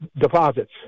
deposits